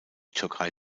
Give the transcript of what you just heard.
türkei